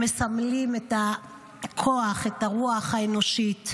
הם מסמלים את הכוח, את הרוח האנושית.